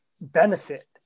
benefit